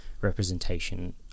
representation